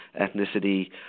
ethnicity